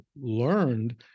learned—